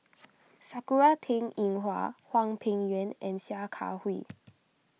Sakura Teng Ying Hua Hwang Peng Yuan and Sia Kah Hui